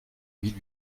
mille